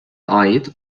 ait